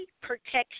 protection